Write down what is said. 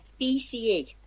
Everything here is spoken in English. BCE